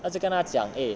他就跟他讲 eh